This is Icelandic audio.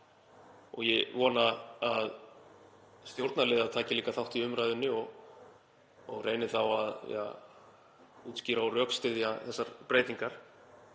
Ég vona að stjórnarliðar taki líka þátt í umræðunni og reyni þá að útskýra og rökstyðja þessar breytingar.